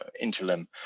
interim